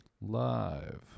live